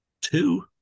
two